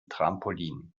trampolin